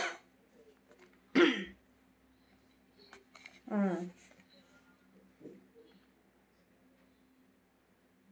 mm